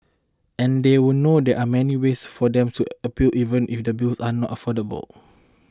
and they would know there are many ways for them to appeal even if the bills are not affordable